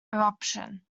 eruption